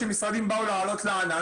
כשהמשרדים באו לעלות לענן,